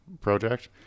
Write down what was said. project